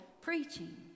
preaching